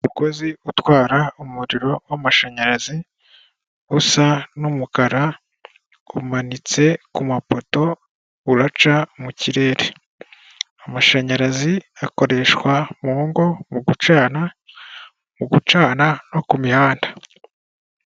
Umugozi utwara umuriro wamashanyarazi usa n'umukara umanitse ku mapoto uraca mu kirere, amashanyarazi akoreshwa mu ngo no mugucana ku mihanda.